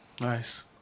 Nice